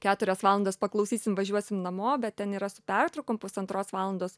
keturias valandas paklausysim važiuosim namo bet ten yra su pertraukom pusantros valandos